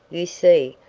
you see,